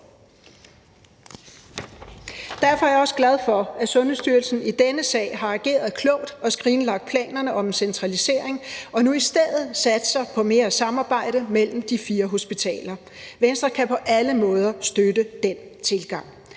Derfor er jeg også glad for, at Sundhedsstyrelsen i denne sag har ageret klogt og skrinlagt planerne om en centralisering og nu i stedet satser på mere samarbejde mellem de fire hospitaler. Venstre kan på alle måder støtte den tilgang.